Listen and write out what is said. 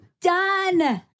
done